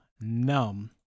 Numb